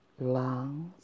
lungs